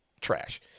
Trash